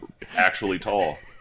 actuallytall